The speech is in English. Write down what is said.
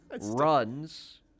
runs